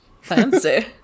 Fancy